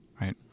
right